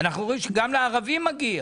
אנחנו אומרים שגם לערבים מגיע